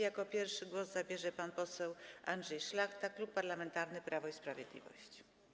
Jako pierwszy głos zabierze pan poseł Andrzej Szlachta, Klub Parlamentarny Prawo i Sprawiedliwość.